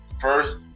first